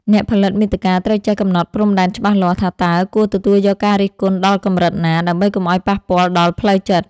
អ្នកផលិតមាតិកាត្រូវចេះកំណត់ព្រំដែនច្បាស់លាស់ ថាតើគួរទទួលយកការរិះគន់ដល់កម្រិតណា ដើម្បីកុំឱ្យប៉ះពាល់ដល់ផ្លូវចិត្ត។